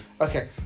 Okay